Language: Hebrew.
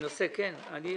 זאת